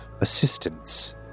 assistance